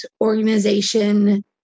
organization